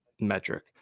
metric